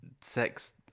sex